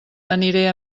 aniré